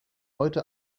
heute